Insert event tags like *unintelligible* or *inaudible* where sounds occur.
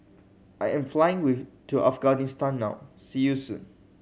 I am flying *unintelligible* to Afghanistan now see you soon